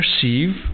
perceive